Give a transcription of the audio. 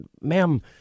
Ma'am